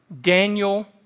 Daniel